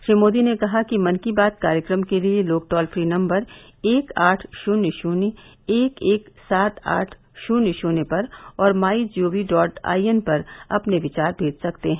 श्री मोदी ने कहा कि मन की बात कार्यक्रम के लिए लोग टोल फ्री नम्बर एक आठ शून्य शून्य एक एक सात आठ शून्य शून्य पर और my G O V dot I N पर अपने विचार भेज सकते हैं